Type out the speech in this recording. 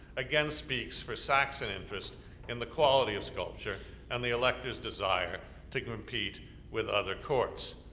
again speaks for saxon interest in the quality of sculpture and the electors' desire to compete with other courts.